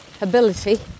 ability